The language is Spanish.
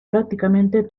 prácticamente